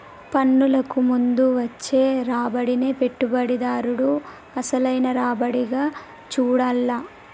పన్నులకు ముందు వచ్చే రాబడినే పెట్టుబడిదారుడు అసలైన రాబడిగా చూడాల్ల